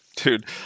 Dude